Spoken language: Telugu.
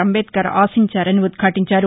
అంబేద్కర్ ఆశించారని ఉదాటించారు